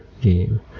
game